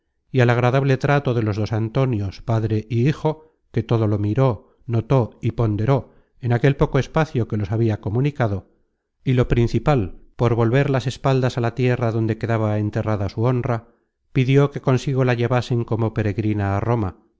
y al agradable trato de los dos antonios padre y hijo que todo lo miró notó y ponderó en aquel poco espacio que los habia comunicado y lo principal por volver las espaldas á la tierra donde quedaba enterrada su honra pidió que consigo la llevasen como peregrina á roma